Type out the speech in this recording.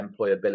employability